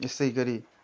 यसै गरी